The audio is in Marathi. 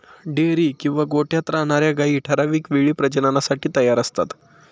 डेअरी किंवा गोठ्यात राहणार्या गायी ठराविक वेळी प्रजननासाठी तयार असतात